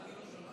אני לא שמעתי.